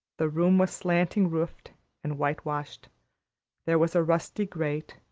the room was slanting-roofed and whitewashed there was a rusty grate,